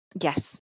Yes